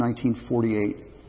1948